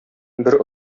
бер